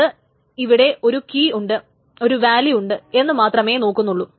അത് ഇവിടെ ഒരു കീ ഉണ്ട് ഒരു വാല്യൂ ഉണ്ട് എന്ന് മാത്രമേ നോക്കുന്നുള്ളു